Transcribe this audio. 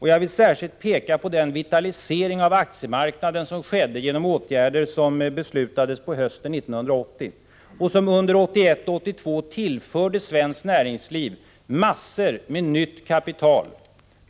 Jag vill särskilt peka på den vitalisering av aktiemarknaden som skedde till följd av de åtgärder som beslutades på hösten 1980 och som 1981 och 1982 tillförde svenskt näringsliv nytt kapital.